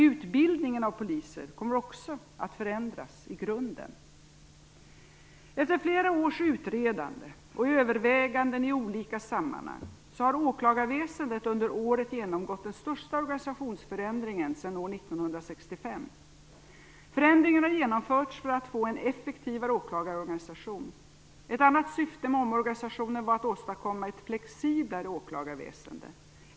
Utbildningen av poliser kommer också att förändras i grunden. Efter flera års utredande och överväganden i olika sammanhang har åklagarväsendet under året genomgått den största organisationsförändringen sedan år 1965. Förändringarna har genomförts för att åklagarorganisationen skall bli effektivare. Ett annat syfte med omorganisationen var att åstadkomma ett flexiblare åklagarväsende.